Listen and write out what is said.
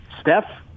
Steph